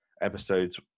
episodes